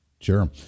Sure